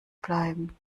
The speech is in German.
bleiben